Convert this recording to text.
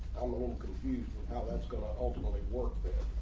little confused how that's gonna ultimately work there.